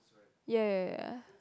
ya ya ya